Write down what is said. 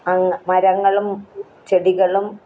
മരങ്ങളും ചെടികളും